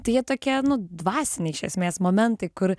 tai jie tokie nu dvasiniai iš esmės momentai kur